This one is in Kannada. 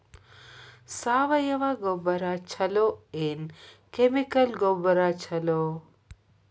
ಸಾವಯವ ಗೊಬ್ಬರ ಛಲೋ ಏನ್ ಕೆಮಿಕಲ್ ಗೊಬ್ಬರ ಛಲೋ?